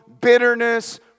bitterness